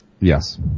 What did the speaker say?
Yes